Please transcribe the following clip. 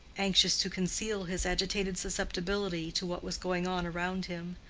anxious to conceal his agitated susceptibility to what was going on around him.